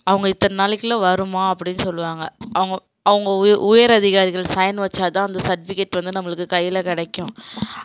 அவங்க இத்தனை நாளைக்குள்ளே வரும்மா அப்படினு சொல்லுவாங்க அவங்க அவங்க உய உயர் அதிகாரிகள் சைன் வச்சால் தான் அந்த செர்டிஃபிகேட் வந்து நம்மளுக்கு கையில் கிடைக்கும்